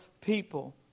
people